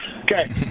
Okay